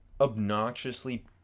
obnoxiously